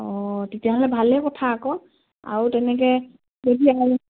অঁ তেতিয়াহ'লে ভালে কথা আকৌ আৰু তেনেকে যদি